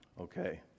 Okay